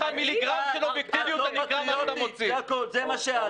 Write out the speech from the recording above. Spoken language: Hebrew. את לא פטריוטית, זה מה שאת.